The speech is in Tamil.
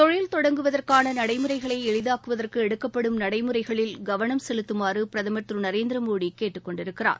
தொழில் தொடங்குவதற்கான நடைமுறைகளை எளிதாக்குவதற்கு எடுக்கப்படும் நடைமுறைகளில் கவனம் செலுத்துமாறு பிரதமர் திரு நரேந்திர மோடி கேட்டுக் கொண்டிருக்கிறார்